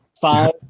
Five